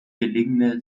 gelegene